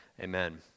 amen